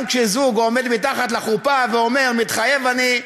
גם כשזוג עומד מתחת לחופה ואומר "מתחייב אני",